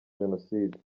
jenoside